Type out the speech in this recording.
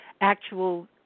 actual